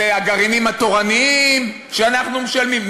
זה הגרעינים התורניים שאנחנו משלמים?